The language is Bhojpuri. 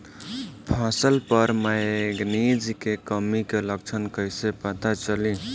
फसल पर मैगनीज के कमी के लक्षण कईसे पता चली?